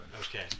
Okay